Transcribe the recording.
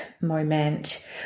moment